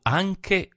anche